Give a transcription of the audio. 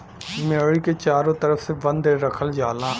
मेड़ी के चारों तरफ से बंद रखल जाला